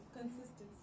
Consistency